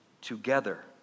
together